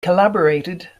collaborated